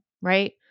right